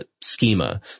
schema